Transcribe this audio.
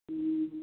हम्म